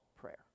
prayer